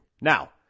Now